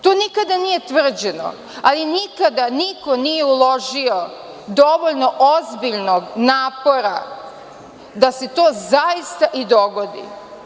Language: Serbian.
To nikada nije tvrđeno, ali nikada niko nije uložio dovoljno ozbiljnih napora da se to zaista i dogodi.